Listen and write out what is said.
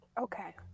Okay